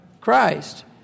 Christ